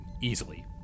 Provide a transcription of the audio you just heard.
Easily